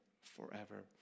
forever